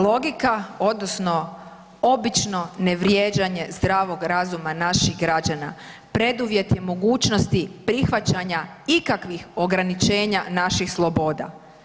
Logika odnosno obično ne vrijeđanje zdravog razuma naših građana preduvjet je mogućnosti prihvaćanja ikakvih ograničenja naših sloboda.